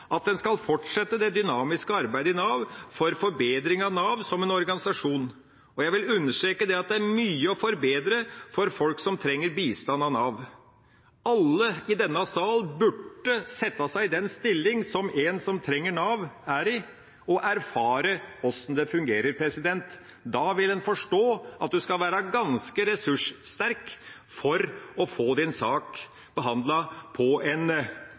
at en skal fortsette det dynamiske arbeidet i Nav for forbedring av Nav som en organisasjon, og jeg vil understreke at det er mye å forbedre for folk som trenger bistand av Nav. Alle i denne sal burde sette seg i den stilling som en som trenger Nav, er i, og erfare hvordan det fungerer. Da vil en forstå at en skal være ganske ressurssterk for å få sin sak behandlet på en